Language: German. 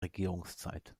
regierungszeit